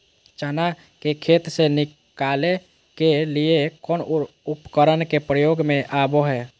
चना के खेत से निकाले के लिए कौन उपकरण के प्रयोग में आबो है?